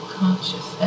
conscious